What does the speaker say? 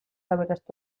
aberastu